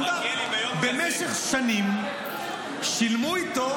תשובה: במשך שנים שילמו איתו,